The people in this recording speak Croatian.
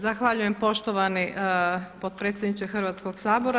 Zahvaljujem poštovani potpredsjedniče Hrvatskog sabora.